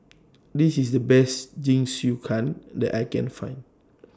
This IS The Best Jingisukan that I Can Find